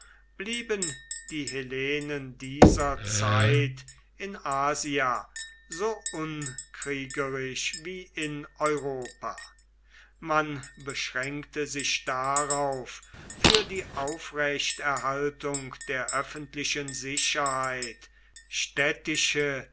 blieben die hellenen dieser zeit in asia so unkriegerisch wie in europa man beschränkte sich darauf für die aufrechterhaltung der öffentlichen sicherheit städtische